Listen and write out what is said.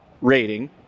rating